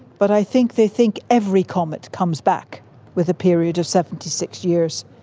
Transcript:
but i think they think every comet comes back with a period of seventy six years,